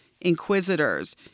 inquisitors